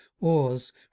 oars